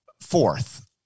fourth